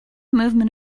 movement